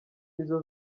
nizo